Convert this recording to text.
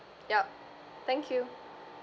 yup thank you